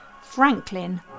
Franklin